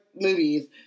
movies